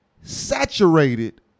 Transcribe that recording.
saturated